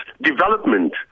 development